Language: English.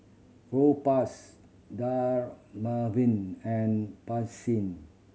Propass Dermaveen and Pansy